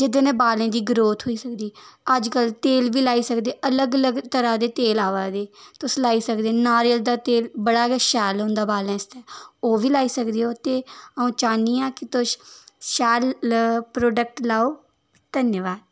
जेह्दे नै बालें दी ग्रोथ होई सकदी अज्ज कल तेल गै लाई सकदे अलग अलग तरह् दे तेल आवा दे तुस लाई सकदे नारियल दा तेल बड़ा गै शैल होंदा बालें आस्तै ओह् बी लाई सकदे ओ ते अ'उं चाह्नी आं कि तुस शैल प्रोडक्ट लाओ धन्यवाद